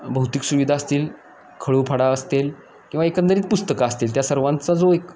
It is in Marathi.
भौतिक सुविधा असतील खळू फडा असतील किंवा एकंदरीत पुस्तकं असतील त्या सर्वांचा जो एक